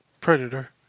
Predator